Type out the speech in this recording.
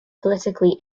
politically